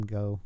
go